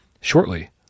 shortly